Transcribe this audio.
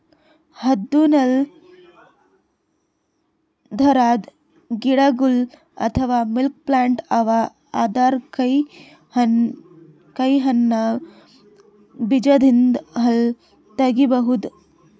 ಹದ್ದ್ನೊಳ್ ಥರದ್ ಗಿಡಗೊಳ್ ಅಥವಾ ಮಿಲ್ಕ್ ಪ್ಲಾಂಟ್ ಅವಾ ಅದರ್ ಕಾಯಿ ಹಣ್ಣ್ ಬೀಜದಿಂದ್ ಹಾಲ್ ತಗಿಬಹುದ್